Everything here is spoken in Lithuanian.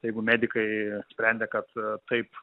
jeigu medikai sprendė kad taip